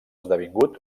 esdevingut